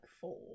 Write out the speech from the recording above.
four